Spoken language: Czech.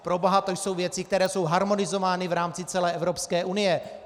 Proboha, to jsou věci, které jsou harmonizovány v rámci celé Evropské unie!